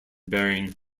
bearing